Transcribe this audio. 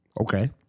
okay